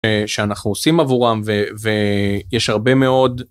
שאנחנו עושים עבורם ויש הרבה מאוד.